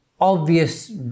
obvious